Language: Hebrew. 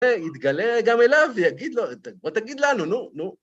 יתגלה גם אליו ויגיד לו, ותגיד לנו, נו, נו.